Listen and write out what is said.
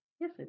Yes